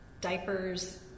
Diapers